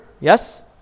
Yes